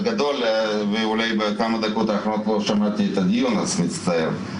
בדקות האחרונות לא שמעתי את הדיון, ואני מצטער.